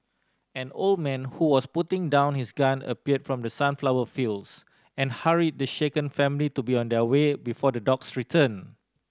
an old man who was putting down his gun appeared from the sunflower fields and hurried the shaken family to be on their way before the dogs return